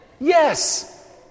Yes